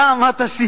דע מה תשיב.